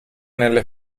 nelle